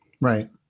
Right